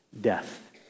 death